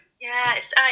Yes